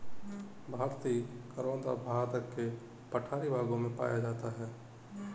भारतीय करोंदा भारत के पठारी भागों में पाया जाता है